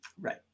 Right